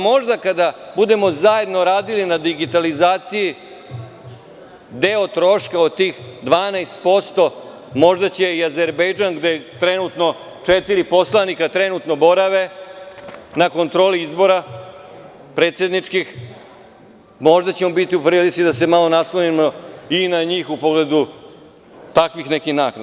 Možda kada budemo zajedno radili na digitalizaciji deo troška od tih 12% možda će i Azerbejdžan, gde trenutno 4% poslanika borave na kontroli predsedničkih izbora, možda ćemo biti u prilici da se malo naslonimo i na njih u pogledu takvih nekih naknada.